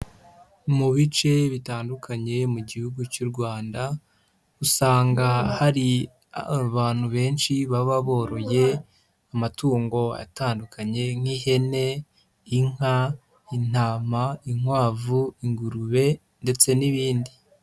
Mu bice bitandukanye mu gihugu cy'u Rwanda, usanga hari abantu benshi baba boroye amatungo atandukanye nk'ihene, inka, intama, inkwavu, ingurube ndetse n'ibindi.